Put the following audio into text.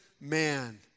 man